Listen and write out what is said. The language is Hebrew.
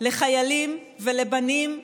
לחיילים ולבנים ולבנות,